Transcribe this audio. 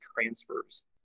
transfers